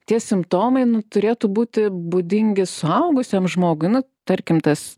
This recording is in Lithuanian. tie simptomai nu turėtų būti būdingi suaugusiam žmogui nu tarkim tas